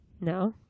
No